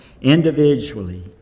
individually